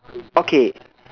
okay